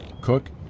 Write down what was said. cook